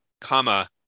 comma